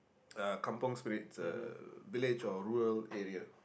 uh kampung Spirit uh a village of rural area